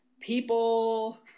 people